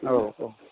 औ औ